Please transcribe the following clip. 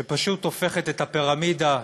שפשוט הופכת את הפירמידה,